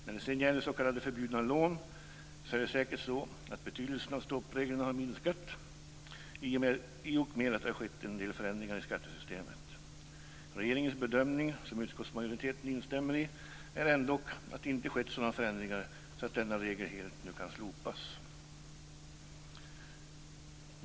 När det gäller s.k. förbjudna lån är det säkert så att betydelsen av stoppreglerna har minskat i och med att det har skett en del förändringar i skattesystemet. Regeringens bedömning, som utskottsmajoriteten instämmer i, är ändå att det inte har skett sådana förändringar att denna regel nu helt kan slopas.